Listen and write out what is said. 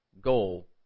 goal